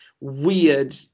weird